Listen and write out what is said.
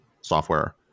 software